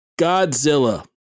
Godzilla